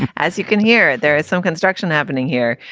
as you can hear, there is some construction happening here.